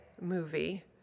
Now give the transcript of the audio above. movie